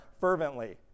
fervently